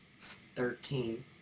Thirteen